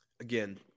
Again